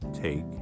take